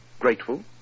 Grateful